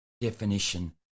definition